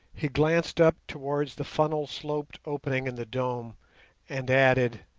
he glanced up towards the funnel-sloped opening in the dome and added